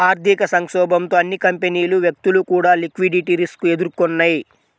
ఆర్థిక సంక్షోభంతో అన్ని కంపెనీలు, వ్యక్తులు కూడా లిక్విడిటీ రిస్క్ ఎదుర్కొన్నయ్యి